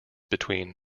between